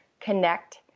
connect